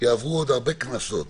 תעבורנה עוד הרבה כנסות